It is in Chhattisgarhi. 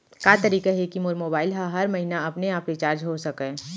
का तरीका हे कि मोर मोबाइल ह हर महीना अपने आप रिचार्ज हो सकय?